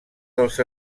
dels